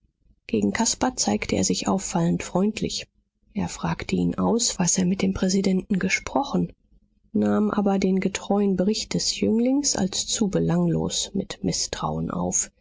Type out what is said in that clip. gegen caspar zeigte er sich auffallend freundlich er fragte ihn aus was er mit dem präsidenten gesprochen nahm aber den getreuen bericht des jünglings als zu belanglos mit mißtrauen auf